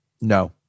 No